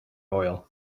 oil